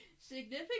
significant